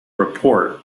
report